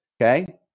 Okay